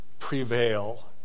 prevail